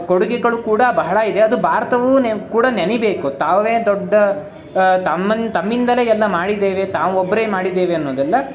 ಕೊಡುಗೆಗಳು ಕೂಡ ಬಹಳ ಇದೆ ಅದು ಭಾರತವೂ ನೆ ಕೂಡ ನೆನೀಬೇಕು ತಾವೇ ದೊಡ್ಡ ತಮ್ಮನ್ನು ತಮ್ಮಿಂದಲೇ ಎಲ್ಲ ಮಾಡಿದ್ದೇವೆ ತಾವು ಒಬ್ಬರೇ ಮಾಡಿದೇವೆ ಅನ್ನೋದಲ್ಲ